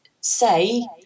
say